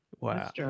Wow